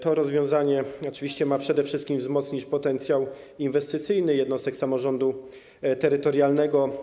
To rozwiązanie oczywiście ma przede wszystkim wzmocnić potencjał inwestycyjny jednostek samorządu terytorialnego.